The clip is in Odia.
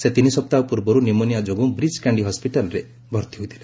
ସେ ତିନିସପ୍ତାହ ପୂର୍ବରୁ ନିମୋନିଆ ଯୋଗୁଁ ବ୍ରିଚ୍ କାଣ୍ଡି ହସ୍କିଟାଲରେ ଭର୍ତ୍ତି ହୋଇଥିଲେ